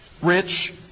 rich